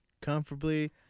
comfortably